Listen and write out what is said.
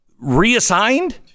reassigned